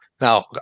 Now